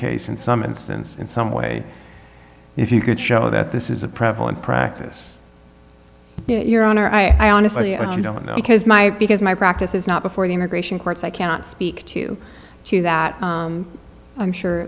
case in some instance in some way if you could show that this is a prevalent practice your honor i honestly don't know because my because my practice is not before the immigration courts i cannot speak to two that i'm sure